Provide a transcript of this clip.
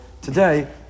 today